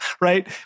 right